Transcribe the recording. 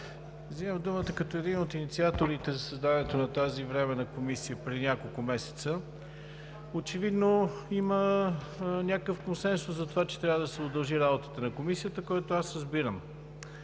Взимам думата като един от инициаторите за създаването на тази Временна комисия преди няколко месеца. Очевидно има някакъв консенсус за това, че трябва да се удължи работата на Комисията, който аз разбирам.